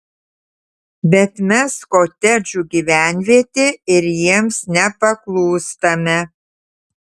bet mes kotedžų gyvenvietė ir jiems nepaklūstame